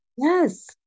Yes